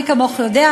מי כמוך יודע,